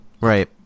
right